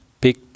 pick